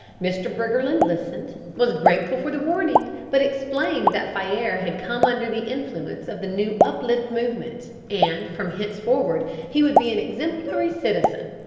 mr. briggerland listened, was grateful for the warning, but explained that faire had come under the influence of the new uplift movement, and from henceforward he would be an exemplary citizen.